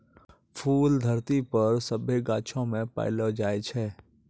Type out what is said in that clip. फूल धरती पर सभ्भे गाछौ मे पैलो जाय छै